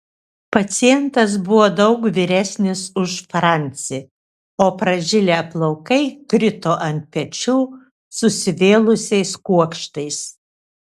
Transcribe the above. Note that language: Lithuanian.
pacientas buvo daug vyresnis už francį o pražilę plaukai krito ant pečių susivėlusiais kuokštais